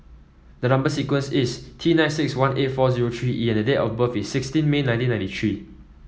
the number sequence is T nine six one eight four zero three E and date of birth is sixteen May nineteen ninety three